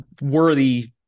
worthy